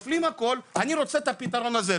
הכל אני רוצה את הפתרון הזה,